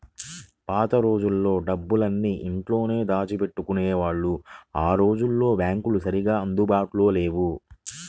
పాత రోజుల్లో డబ్బులన్నీ ఇంట్లోనే దాచిపెట్టుకునేవాళ్ళు ఆ రోజుల్లో బ్యాంకులు సరిగ్గా అందుబాటులో లేవు